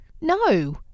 No